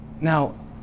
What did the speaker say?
Now